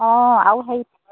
অঁ আও হেৰি